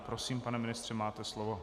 Prosím, pane ministře, máte slovo.